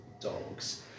dogs